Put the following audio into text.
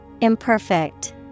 Imperfect